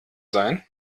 sein